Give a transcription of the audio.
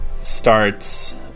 starts